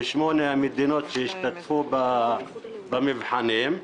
המדינות שהשתתפו במבחנים.